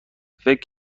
فکر